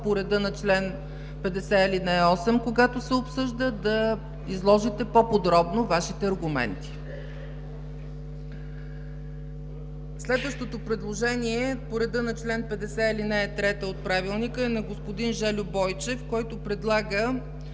по реда на чл. 50, ал. 8, когато се обсъжда, да изложите по-подробно Вашите аргументи. Следващото предложение по реда на чл. 50, ал. 3 от Правилника е на господин Жельо Бойчев, който предлага